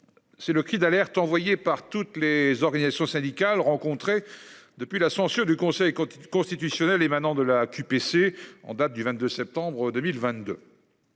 C'est le cri d'alerte envoyée par toutes les organisations syndicales rencontrés depuis la censure du Conseil constitutionnel émanant de la QPC en date du 22 septembre 2022.